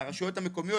על הרשויות המקומיות,